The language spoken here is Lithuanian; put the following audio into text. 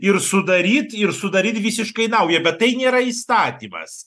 ir sudaryt ir sudaryt visiškai naują bet tai nėra įstatymas